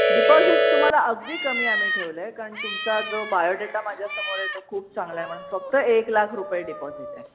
deposit तुम्हाला अगदी कमी आम्ही ठेवलं आहे कारण तुमचा जो बायोडेटा माझ्यासमोर आहे तो खूप चांगला आहे म्हणून फक्त एक लाख रुपय डिपॉझिट आहे